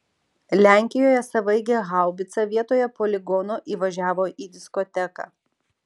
lenkijoje savaeigė haubica vietoje poligono įvažiavo į diskoteką